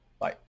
Bye